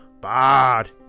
bad